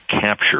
capture